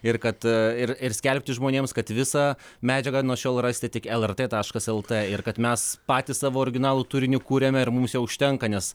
ir kad ir ir skelbti žmonėms kad visą medžiagą nuo šiol rasite tik el er tė taškas el tė lt ir kad mes patys savo originalų turinį kuriame ir mums jo užtenka nes